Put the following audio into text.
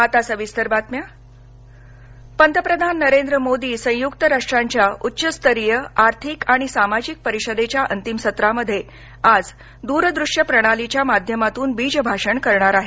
आता सविस्तर बातम्या मोदी भाषण पंतप्रधान नरेंद्र मोदी संयुक्त राष्ट्रांच्या उच्चस्तरीय आर्थिक आणि सामाजिक परिषदेच्या अंतिम सत्रामध्ये आज दूरदृश्य प्रणालीच्या माध्यमातून बीजभाषण करणार आहेत